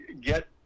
get